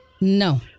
No